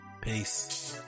peace